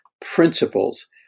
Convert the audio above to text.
principles